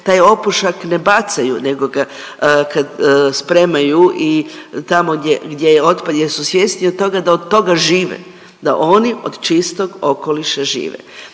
taj opušak ne bacaju nego ga spremaju i tamo gdje, gdje je otpad jel su svjesni od toga da od toga žive, da oni od čistog okoliša žive,